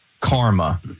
karma